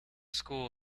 school